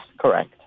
correct